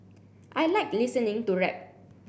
I like listening to rap